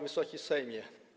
Wysoki Sejmie!